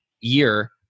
year